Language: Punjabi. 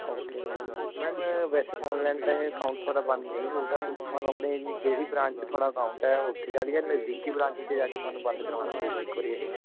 ਓਕੇ ਮੈਮ ਮੈਮ ਵੈਸੇ ਔਨਲਾਈਨ ਤਾਂ ਇਹ ਅਕਾਊਂਟ ਤੁਹਾਡਾ ਬੰਦ ਨਹੀਂ ਹੋਊਗਾ ਤੁਸੀਂ ਤੁਹਾਨੂੰ ਆਪਣੇ ਜਿਹੜੀ ਬ੍ਰਾਂਚ ਤੁਹਾਡਾ ਆਕਾਊਂਟ ਹੈ ਉੱਥੇ ਜਾ ਕੇ ਨਜ਼ਦੀਕੀ ਬਰਾਂਚ ਵਿੱਚ ਜਾ ਕੇ ਤੁਹਾਨੂੰ ਬੰਦ ਕਰਵਾਉਣਾ ਪਊਗਾ ਇੱਕ ਵਾਰੀ ਇਹ